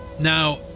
now